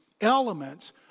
elements